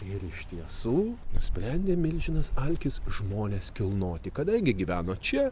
ir iš tiesų nusprendė milžinas alkis žmones kilnoti kadangi gyveno čia